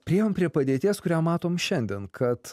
priėjom prie padėties kurią matom šiandien kad